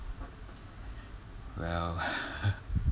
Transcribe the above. well